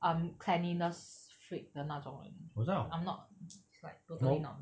um cleanliness freak 的那种人 I'm not it's like totally not me